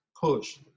push